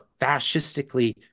fascistically